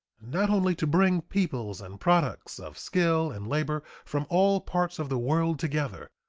not only to bring peoples and products of skill and labor from all parts of the world together,